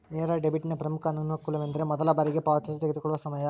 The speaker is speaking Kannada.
ನೇರ ಡೆಬಿಟ್ನ ಪ್ರಮುಖ ಅನಾನುಕೂಲವೆಂದರೆ ಮೊದಲ ಬಾರಿಗೆ ಪಾವತಿಸಲು ತೆಗೆದುಕೊಳ್ಳುವ ಸಮಯ